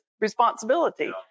responsibility